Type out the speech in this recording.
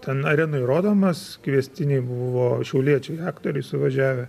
ten arenoj rodomas kviestiniai buvo šiauliečiai aktoriai suvažiavę